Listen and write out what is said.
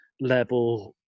level